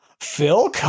Phil